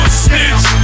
snitch